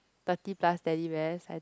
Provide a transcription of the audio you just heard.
thirty plus Teddy Bears I think